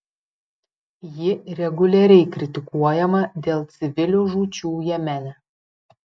ji reguliariai kritikuojama dėl civilių žūčių jemene